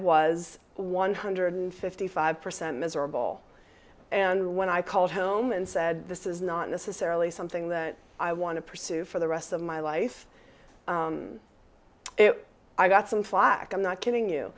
was one hundred fifty five percent miserable and when i called home and said this is not necessarily something that i want to pursue for the rest of my life i got some flak i'm not kidding you